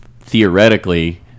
theoretically